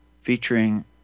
featuring